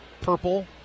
purple